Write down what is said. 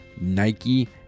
Nike